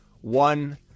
one